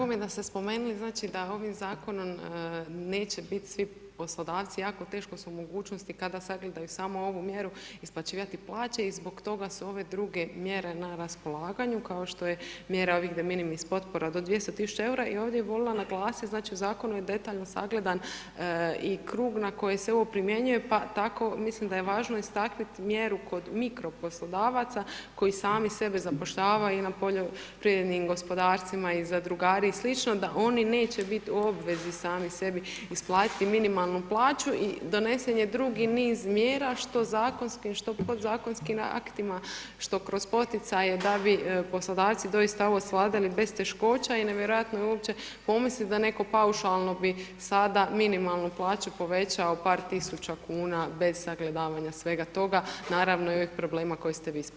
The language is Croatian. Drago mi je da ste spomenuli da ovim Zakonom neće biti svi poslodavci jako teško su u mogućnosti kada sagledaju samo ovu mjeru, isplaćivati plaću i zbog toga su ove druge mjere na raspolaganju, kao što je mjera ovih deminimis potpora do 200.000,00 EUR-a i ovdje bih voljela naglasiti, znači, u Zakonu je detaljno sagledan i krug na koje se ovo primjenjuje, pa tako mislim da je važno istaknuti mjeru kod mikro poslodavaca koji sami sebe zapošljavaju i na poljoprivrednim gospodarstvima, zadrugari i sl., da oni neće biti u obvezi sami sebi isplatiti minimalnu plaću i donesen je drugi niz mjera, što zakonskim, što podzakonskim aktima, što kroz poticaje da bi poslodavci doista ovo svladali bez teškoća i nevjerojatno je uopće pomisliti da netko paušalno bi sada minimalnu plaću povećao par tisuća kuna bez sagledavanja svega toga, naravno i ovih problema koje ste vi spomenuli.